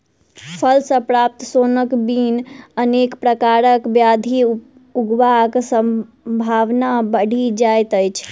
फल सॅ प्राप्त सोनक बिन अनेक प्रकारक ब्याधि लगबाक संभावना बढ़ि जाइत अछि